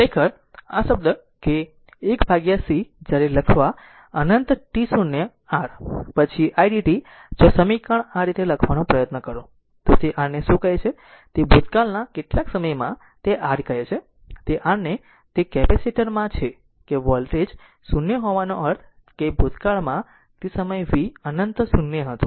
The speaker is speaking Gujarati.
ખરેખર આ શબ્દ કે 1 c જ્યારે લખવા અનંત t0 r પછી idt જો આ સમીકરણ આ રીતે લખવાનો પ્રયત્ન કરો તો તે r ને શું કહે છે કે ભૂતકાળના કેટલાક સમયમાં તે r કહે છે કે તે r ને તે કેપેસિટર માં છે કે વોલ્ટેજ 0 હોવાનો અર્થ એ કે ભૂતકાળમાં તે સમયે વી અનંત 0 હતું